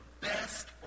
best